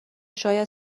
شاید